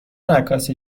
عکاسی